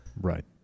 Right